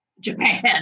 Japan